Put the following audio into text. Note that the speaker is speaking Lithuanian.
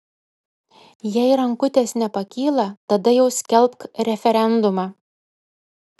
jei rankutės nepakyla tada jau skelbk referendumą